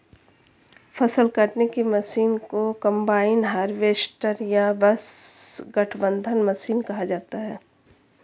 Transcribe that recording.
फ़सल काटने की मशीन को कंबाइन हार्वेस्टर या बस गठबंधन मशीन कहा जाता है